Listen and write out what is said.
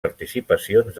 participacions